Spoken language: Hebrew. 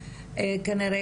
כנראה,